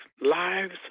lives